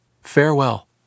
Farewell